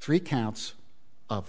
three counts of